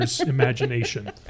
imagination